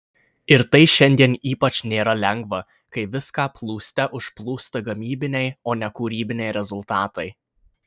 ir tai šiandien ypač nėra lengva kai viską plūste užplūsta gamybiniai o ne kūrybiniai rezultatai